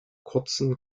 kurzen